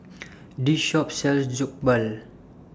This Shop sells Jokbal